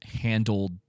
handled